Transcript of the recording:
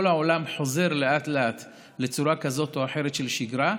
כל העולם חוזר לאט-לאט לצורה כזאת או אחרת של שגרה.